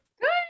Good